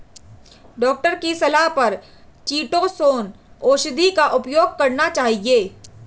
doctor की सलाह पर चीटोसोंन औषधि का उपयोग करना चाहिए